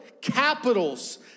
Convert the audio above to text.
Capitals